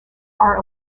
are